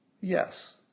Yes